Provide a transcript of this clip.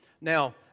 Now